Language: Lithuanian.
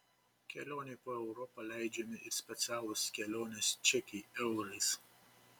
kelionei po europą leidžiami ir specialūs kelionės čekiai eurais